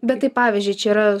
bet taip pavyzdžiui čia yra